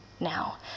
Now